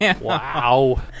Wow